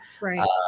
right